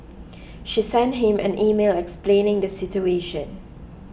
she sent him an email explaining the situation